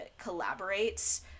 collaborates